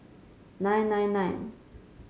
nine nine nine